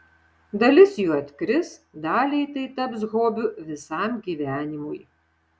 dalis jų atkris daliai tai taps hobiu visam gyvenimui